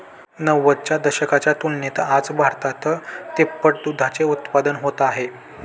नव्वदच्या दशकाच्या तुलनेत आज भारतात तिप्पट दुधाचे उत्पादन होत आहे